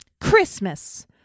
Christmas